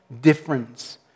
difference